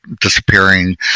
disappearing